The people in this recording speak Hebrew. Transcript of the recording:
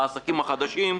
לעסקים החדשים,